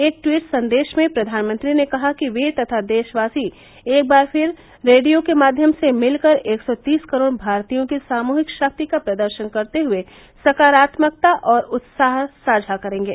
एक ट्वीट संदेश में प्रधानमंत्री ने कहा कि वे तथा देशवासी एक बार फिर रेडियो के माध्यम से मिलकर एक सौ तीस करोड़ भारतीयों की सामूहिक शक्ति का प्रदर्शन करते हुए सकारात्मकता और उत्साह साझा करेंगे